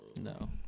No